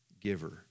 giver